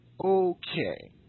Okay